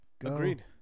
Agreed